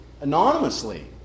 anonymously